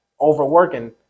overworking